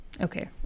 Okay